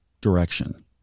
direction